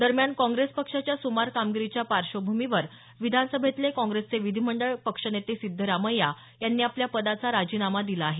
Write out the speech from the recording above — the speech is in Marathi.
दरम्यान कॉग्रेस पक्षाच्या सुमार कामगिरीच्या पार्श्वभूमीवर विधानसभेतले काँग्रेसचे विधीमंडळ पक्षनेते सिद्धरामय्या यांनी आपल्या पदाचा राजीनामा दिला आहे